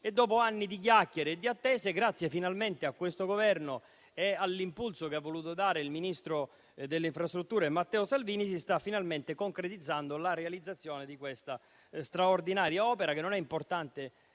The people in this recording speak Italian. dopo anni di chiacchiere e di attese, grazie finalmente a questo Governo e all'impulso che ha voluto dare il ministro delle infrastrutture Matteo Salvini, si sta finalmente concretizzando la realizzazione di questa straordinaria opera, che non è importante